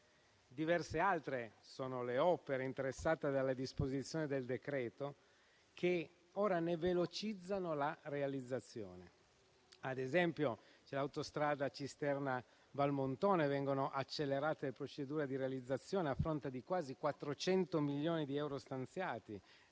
Diverse altre sono le opere interessate dalle disposizioni, che ne velocizzano la realizzazione. Ad esempio, sull'autostrada Cisterna-Valmontone vengono accelerate le procedure di realizzazione, a fronte di quasi 400 milioni di euro stanziati